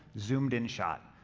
zoomed-in shot,